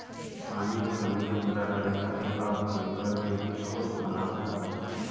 पानी के कमी के पूरा करे खातिर अब हिमजल के भी स्रोत बनावल जाला